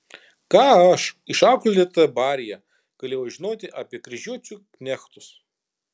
ką aš išauklėta baryje galėjau žinoti apie kryžiuočių knechtus